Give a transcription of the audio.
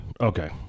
Okay